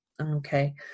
Okay